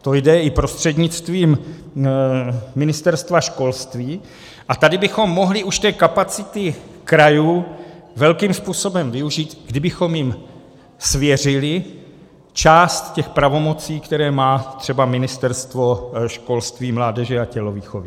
To jde i prostřednictvím Ministerstva školství, a tady bychom mohli už té kapacity krajů velkým způsobem využít, kdybychom jim svěřili část těch pravomocí, které má třeba Ministerstvo školství, mládeže a tělovýchovy.